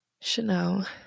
chanel